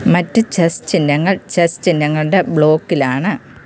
മറ്റ് ചെസ്സ് ചിഹ്നങ്ങൾ ചെസ്സ് ചിഹ്നങ്ങളുടെ ബ്ലോക്കിലാണ്